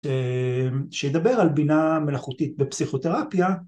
שידבר על בינה מלאכותית בפסיכותרפיה.